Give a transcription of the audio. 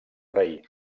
rei